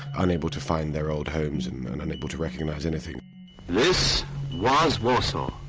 unable to find their old homes and and unable to recognize anything this was warsaw.